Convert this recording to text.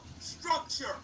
structure